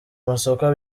masoko